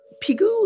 Pigou